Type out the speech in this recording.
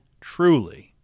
truly